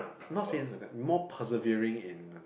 not say in like more persevering in